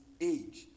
age